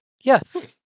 Yes